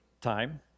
time